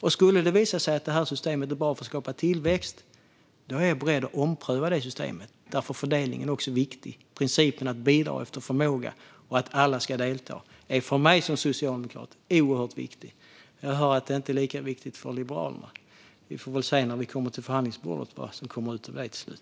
Och skulle det visa sig att detta system är bra för att skapa tillväxt, då är jag beredd att ompröva det systemet, för fördelningen är också viktig. Principen att bidra efter förmåga och att alla ska delta är för mig som socialdemokrat oerhört viktig. Jag hör att detta inte är lika viktigt för Liberalerna. Vi får väl se när vi kommer till förhandlingsbordet vad som kommer ut av det till slut.